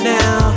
now